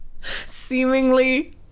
Seemingly